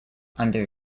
under